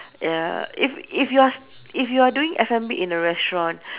err if if you are s~ if you are doing F&B in a restaurant